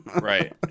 Right